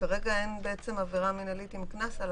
וכרגע אין עבירה מנהלית עם קנס על